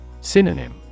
Synonym